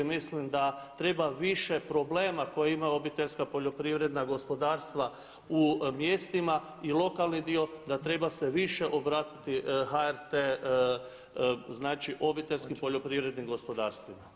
Mislim da treba više problema koje imaju obiteljska poljoprivredna gospodarstva u mjestima i lokalni dio da treba se više obratiti HRT znači obiteljskim poljoprivrednim gospodarstvima.